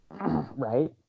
Right